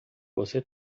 você